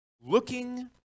looking